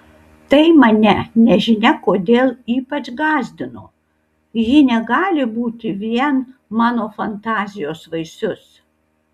tai mane nežinia kodėl ypač gąsdino ji negali būti vien mano fantazijos vaisius